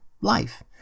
life